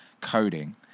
coding